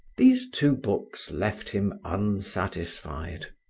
these two books left him unsatisfied.